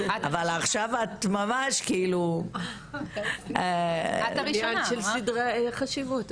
אבל עכשיו את ממש כאילו --- עניין של סדרי חשיבות,